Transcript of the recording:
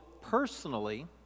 personally